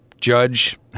judge